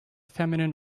feminine